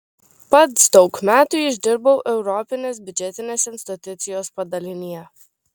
pats daug metų išdirbau europinės biudžetinės institucijos padalinyje